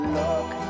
look